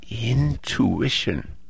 intuition